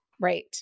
Right